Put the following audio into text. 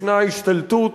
ישנה השתלטות